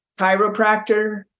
chiropractor